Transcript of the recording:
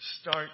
start